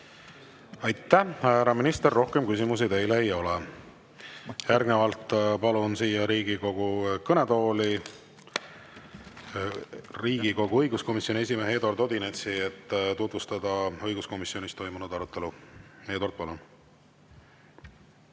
Aitäh, härra minister! Rohkem küsimusi teile ei ole. Järgnevalt palun siia Riigikogu kõnetooli Riigikogu õiguskomisjoni esimehe Eduard Odinetsi, et tutvustada õiguskomisjonis toimunud arutelu. Eduard, palun!